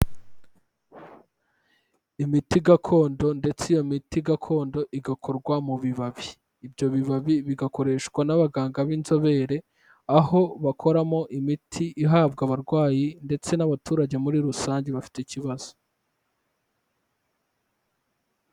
Imiti gakondo ndetse iyo miti gakondo igakorwa mu bibabi, ibyo bibabi bigakoreshwa n'abaganga b'inzobere, aho bakoramo imiti ihabwa abarwayi ndetse n'abaturage muri rusange bafite ikibazo.